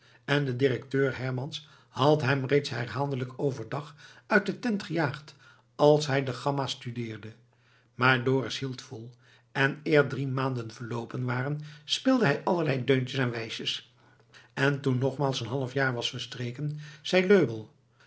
en de directeur hermans had hem reeds herhaaldelijk over dag uit de tent gejaagd als hij de gamma's studeerde maar dorus hield vol en eer drie maanden verloopen waren speelde hij allerlei deuntjes en wijsjes en toen nogmaals een halfjaar was verstreken zei löbell